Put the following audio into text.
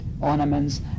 ornaments